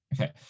okay